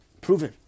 proven